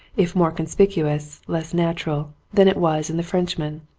if more conspicuous less natural, than it was in the frenchman.